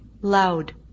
loud